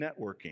networking